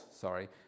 Sorry